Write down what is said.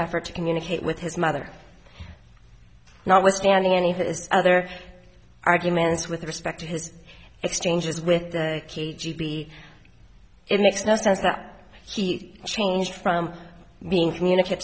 effort to communicate with his mother notwithstanding any of this other arguments with respect to his exchanges with the k g b it makes no sense that he changed from being communicate